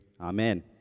Amen